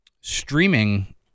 streaming